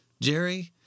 Jerry